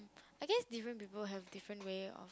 I guess different people have different way of